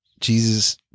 Jesus